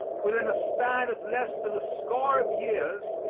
within a span of less than a score of years,